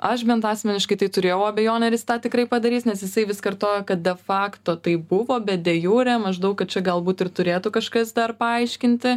aš bent asmeniškai tai turėjau abejonių ar jis tą tikrai padarys nes jisai vis kartojo kad de fakto taip buvo bet de jeru maždaug kad čia galbūt ir turėtų kažkas dar paaiškinti